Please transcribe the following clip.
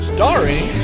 Starring